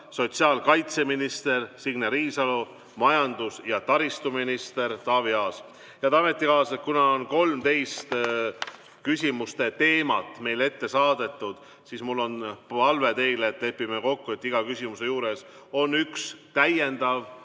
sotsiaalkaitseminister Signe Riisalo, majandus‑ ja taristuminister Taavi Aas. Head ametikaaslased, kuna 13 küsimuste teemat on meile ette saadetud, siis on mul teile palve, et lepime kokku, et iga küsimuse juures on üks täiendav